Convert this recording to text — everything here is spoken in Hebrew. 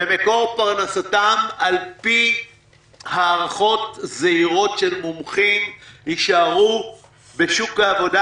על פי ההערכות זעירות של מומחים יישארו בשוק העבודה